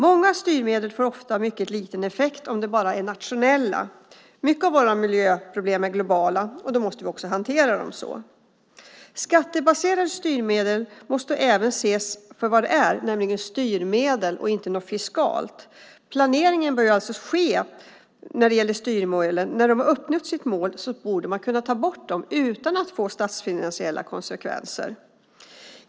Många styrmedel får ofta mycket liten effekt om de enbart är nationella. Mycket av våra miljöproblem är globala, och då måste vi också hantera dem så. Skattebaserade styrmedel måste även ses för vad de är, nämligen styrmedel och inte något fiskalt. Planeringen beträffande styrmedel bör alltså ske så att de, när de uppnått sitt mål, kan tas bort utan att det får statsfinansiella konsekvenser.